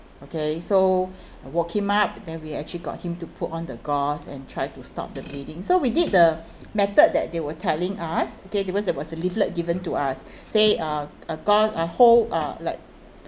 okay so I woke him up then we actually got him to put on the gauze and try to stop the bleeding so we did the method that they were telling us okay because there was a leaflet given to us say uh uh gauze uh hold uh like